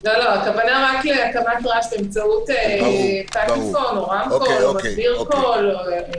הכוונה היא רק להקמת רעש באמצעות פטיפון או רמקול או מגביר קול.